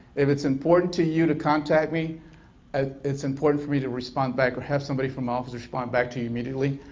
if it's important to you to contact me ah it's important for me to respond back or have somebody from my office respond back to you, immediately.